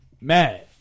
Mad